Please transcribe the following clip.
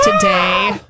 today